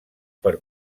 per